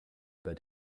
über